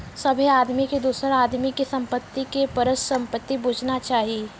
सभ्भे आदमी के दोसरो आदमी के संपत्ति के परसंपत्ति बुझना चाही